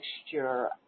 mixture